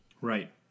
Right